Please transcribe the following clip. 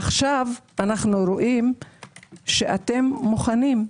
עכשיו אנו רואים שאתם מוכנים.